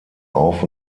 auf